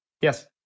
Yes